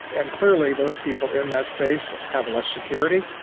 and clearly those people in that space have less security,